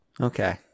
Okay